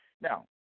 Now